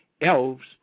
Elves